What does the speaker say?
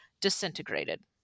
disintegrated